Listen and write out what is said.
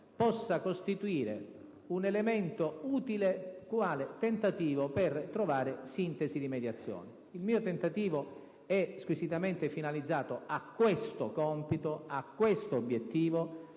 possa costituire un elemento utile quale tentativo per trovare una sintesi di mediazione. Il mio tentativo è squisitamente finalizzato a questo compito e a questo obiettivo.